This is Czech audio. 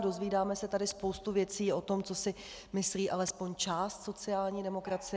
Dozvídáme se tady spoustu věcí o tom, co si myslí alespoň část sociální demokracie.